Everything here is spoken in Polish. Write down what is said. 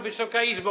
Wysoka Izbo!